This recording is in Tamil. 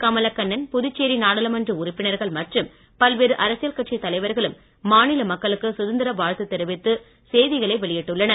கமலக்கண்ணன் புதுச்சேரி நாடாளுமன்ற உறுப்பினர்கள் மற்றும் பல்வேறு அரசியல் கட்சித் தலைவர்களும் மாநில மக்களுக்கு சுதந்திர வாழ்த்து தெரிவித்து செய்திகளை வெளியிட்டுள்ளனர்